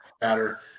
batter